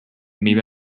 maybe